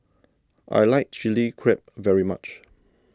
I like Chilli Crab very much